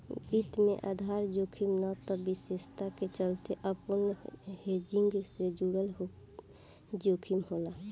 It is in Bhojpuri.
वित्त में आधार जोखिम ना त विशेषता के चलते अपूर्ण हेजिंग से जुड़ल जोखिम होला